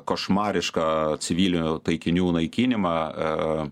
košmarišką civilių taikinių naikinimą